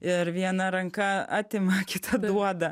ir viena ranka atima kita duoda